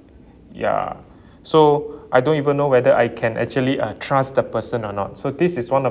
ya so I don't even know whether I can actually uh trust the person or not so this is one of